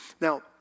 Now